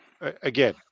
again